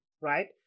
right